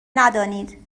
ندانید